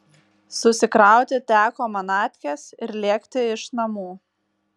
susikrauti teko manatkes ir lėkti iš namų